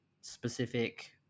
specific